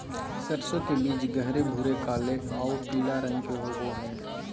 सरसों के बीज गहरे भूरे काले आऊ पीला रंग के होबो हइ